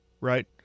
right